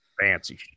Fancy